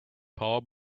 power